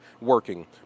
working